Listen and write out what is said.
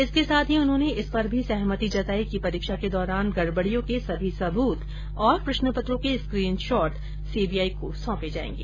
इसके साथ ही उन्होंने इस पर भी सहमति जताई कि परीक्षा के दौरान गड़बड़ियों के सभी सबूत और प्रश्न पत्रों के स्क्रीन शॉट सीबीआई को सौंपे जाएंगे